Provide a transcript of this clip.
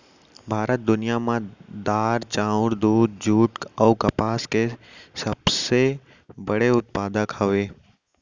भारत दुनिया मा दार, चाउर, दूध, जुट अऊ कपास के सबसे बड़े उत्पादक हवे